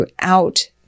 throughout